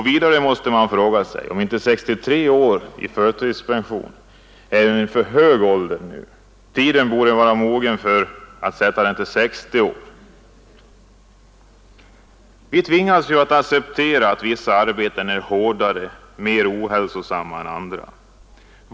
Vidare måste man fråga sig om inte 63 år som åldersgräns för förtidspension är en för hög ålder. Tiden borde vara mogen för att sätta gränsen vid 60 år. Vi måste ju acceptera att vissa arbeten är hårdare och mer ohälsosamma än andra.